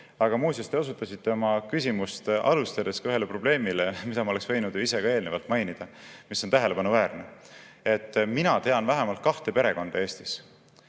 olla. Muuseas, te osutasite oma küsimust alustades ühele probleemile, mida ma oleks võinud ju ise ka eelnevalt mainida, mis on tähelepanuväärne. Mina tean vähemalt kahte perekonda Eestis,